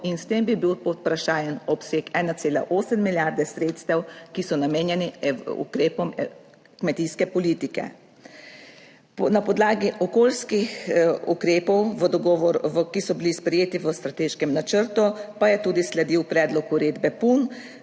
in s tem bi bil pod vprašajem obseg 1,8 milijarde sredstev, ki so namenjeni ukrepom kmetijske politike. Na podlagi okoljskih ukrepov, v dogovoru, ki so bili sprejeti v strateškem načrtu pa je tudi sledil predlog uredbe PUM